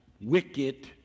wicked